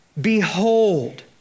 Behold